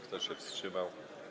Kto się wstrzymał?